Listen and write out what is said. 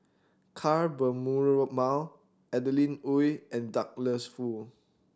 Ka Perumal Adeline Ooi and Douglas Foo